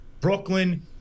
Brooklyn